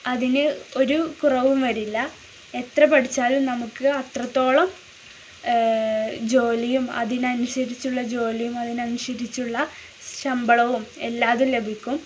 അതിന് ഒരു കുറവും വരില്ല എത്ര പഠിച്ചാലും നമുക്ക് അത്രത്തോളം ജോലിയും അതിനനുസരിച്ചുള്ള ജോലിയും അതിനനുസരിച്ചുള്ള ശമ്പളവും എല്ലാം അതും ലഭിക്കും